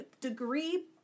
degree